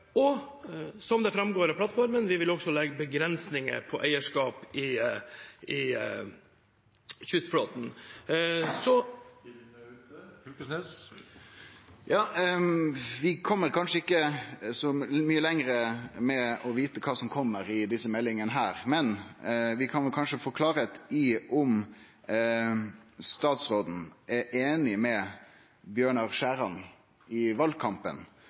Som det framgår av plattformen, vil vi også legge begrensninger på eierskapet i kystflåten. Det åpnes for oppfølgingsspørsmål – først Torgeir Knag Fylkesnes. Vi kjem kanskje ikkje så mykje lenger med omsyn til å få vite kva som kjem i desse meldingane, men vi kan kanskje få klarleik i om statsråd Bjørnar Skjæran er einig med Bjørnar Skjæran frå valkampen,